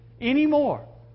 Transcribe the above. anymore